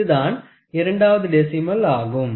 இதுதான் இரண்டாவது டெசிமல் ஆகும்